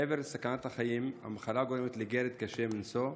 מעבר לסכנת החיים, המחלה גורמת לגרד קשה מנשוא.